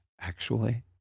actually